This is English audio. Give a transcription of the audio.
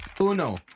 Uno